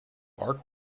arc